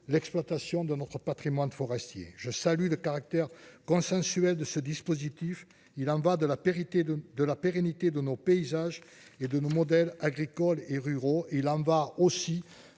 l'exploitation de notre Patrimoine forestier, je salue le caractère consensuel de ce dispositif, il en va de la pérennité de de la pérennité de nos paysages et de nos modèles agricoles et ruraux, il en va aussi